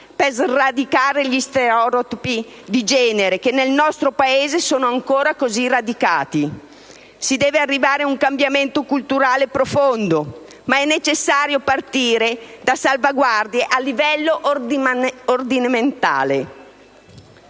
per sradicare gli stereotipi di genere, che nel nostro Paese sono ancora così radicati. Si deve arrivare ad un cambiamento culturale profondo, ma è necessario partire da salvaguardie a livello ordinamentale.